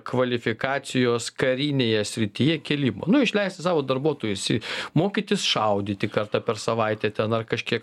kvalifikacijos karinėje srityje kėlimą nu išleisti savo darbuotojus į mokytis šaudyti kartą per savaitę ten ar kažkiek